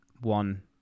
one